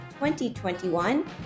2021